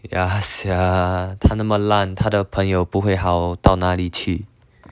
yeah sia 他那么烂他的朋友不会好到哪里去